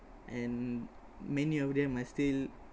and many of them are still